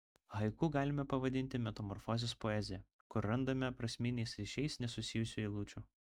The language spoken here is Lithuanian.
haiku galime pavadinti metamorfozės poeziją kur randame prasminiais ryšiais nesusijusių eilučių